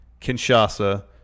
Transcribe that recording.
Kinshasa